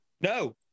No